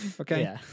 okay